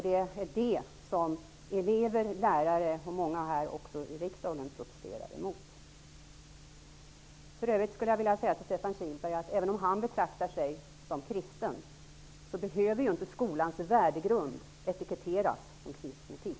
Det är detta som elever, lärare och många här i riksdagen protesterar emot. För övrigt skulle jag vilja säga till Stefan Kihlberg att även om han betraktar sig som kristen, så behöver inte skolans värdegrund etiketteras som kristen etik.